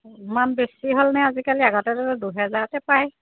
ইমান বেছি হ'লনে আজিকালি আগতেতো দুহেজাৰতে পায়